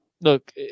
Look